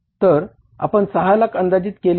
तर आपण 6 लाख अंदाजित केले आहे